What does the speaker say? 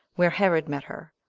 where herod met her,